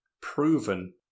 proven